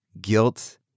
guilt